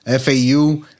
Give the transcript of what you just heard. FAU